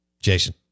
Jason